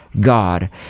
god